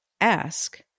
ask